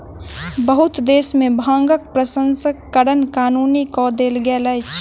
बहुत देश में भांगक प्रसंस्करण कानूनी कअ देल गेल अछि